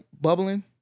bubbling